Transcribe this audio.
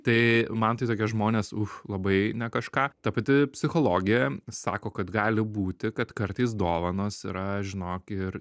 tai man tai tokie žmonės uf labai ne kažką ta pati psichologė sako kad gali būti kad kartais dovanos yra žinok ir